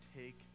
take